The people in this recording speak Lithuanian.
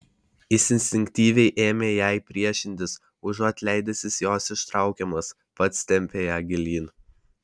jis instinktyviai ėmė jai priešintis užuot leidęsis jos ištraukiamas pats tempė ją gilyn